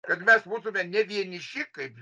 kad mes būtume ne vieniši kaip